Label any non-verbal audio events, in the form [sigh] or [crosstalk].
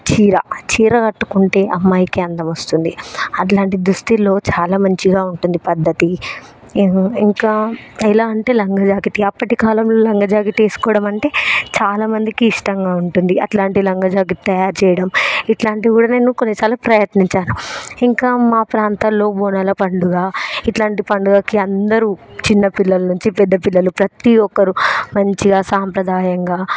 చీర చీర కట్టుకుంటే అమ్మాయికే అందం వస్తుంది అలాంటి దదుస్తుల్లో చాలా మంచిగా ఉంటుంది పద్ధతి [unintelligible] ఇంకా ఎలా అంటే లంగా జాకెట్లు అప్పటి కాలంలో లంగా జాకెట్ వేసుకోవడం అంటే చాలా మందికి ఇష్టంగా ఉంటుంది అలాంటి లంగా జాకెట్ తయారు చేయడం ఇలాంటివి కూడా నేను కొన్నిసార్లు ప్రయత్నించాను ఇంకా మా ప్రాంతంలో బోనాల పండుగ ఇలాంటి పండుగకి అందరూ చిన్నపిల్లల నుంచి పెద్ద పిల్లలు ప్రతీ ఒక్కరు మంచిగా సాంప్రదాయంగా